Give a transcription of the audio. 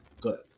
Good